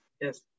Yes